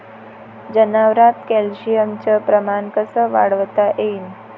जनावरात कॅल्शियमचं प्रमान कस वाढवता येईन?